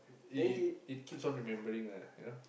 it it it keeps on remembering lah you know